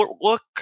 look